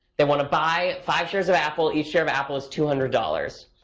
they want to buy five years of apple. each share of apple is two hundred dollars.